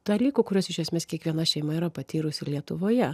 dalykų kuriuos iš esmės kiekviena šeima yra patyrusi ir lietuvoje